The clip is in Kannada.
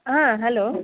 ಹಾಂ ಹಲೋ